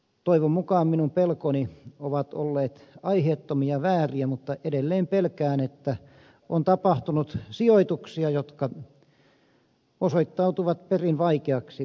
toivon mukaan minun pelkoni ovat olleet aiheettomia vääriä mutta edelleen pelkään että on tapahtunut sijoituksia jotka osoittautuvat perin vaikeiksi hyödyntää